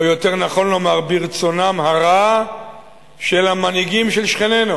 או יותר נכון לומר ברצונם הרע של המנהיגים של שכנינו,